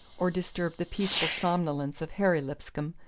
or disturbed the peaceful somnolence of harry lipscomb,